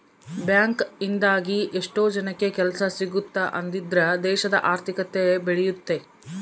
bank ಇಂದಾಗಿ ಎಷ್ಟೋ ಜನಕ್ಕೆ ಕೆಲ್ಸ ಸಿಗುತ್ತ್ ಅದ್ರಿಂದ ದೇಶದ ಆರ್ಥಿಕತೆ ಬೆಳಿಯುತ್ತೆ